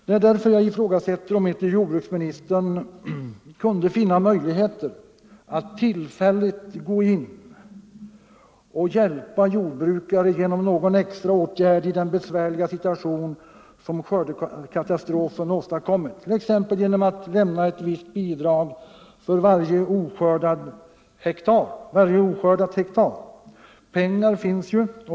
Det är också därför som jag undrar om inte jordbruksministern kunde finna möjligheter att tillfälligt hjälpa jordbrukarna genom någon extra åtgärd i den besvärliga situation som skördekatastrofen har skapat, t.ex. genom att lämna ett visst bidrag för varje oskördad hektar. Pengar finns ju.